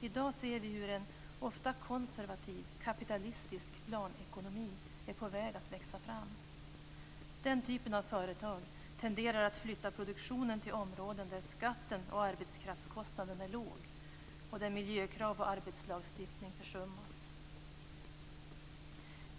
I dag ser vi hur ofta en konservativ kapitalistisk planekonomi är på väg att växa fram. Den typen av företag tenderar att flytta produktionen till områden där skatten och arbetskraftskostnaden är låg och där miljökrav och arbetslagstiftning försummas.